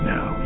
Now